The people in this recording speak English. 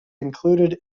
included